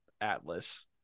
atlas